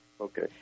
Okay